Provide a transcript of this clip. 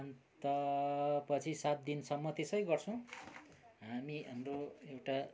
अन्त पछि सात दिनसम्म त्यसै गर्छौँ हामी हाम्रो एउटा